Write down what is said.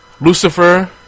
lucifer